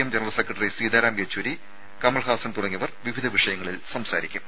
M general secretary Sitaram Yechury Kamal Haasan തുടങ്ങിയവർ വിവിധ വിഷയങ്ങളിൽ സംസാരിക്കും